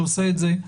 שעושה את זה,